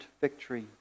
victory